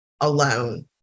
alone